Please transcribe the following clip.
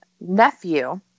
nephew